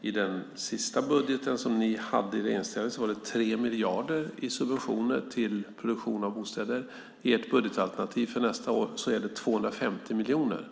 I den sista budgeten som ni hade i regeringsställning var det 3 miljarder i subventioner till produktion av bostäder. I ert budgetalternativ för nästa år är det 250 miljoner.